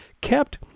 kept